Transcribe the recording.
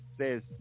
says